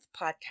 podcast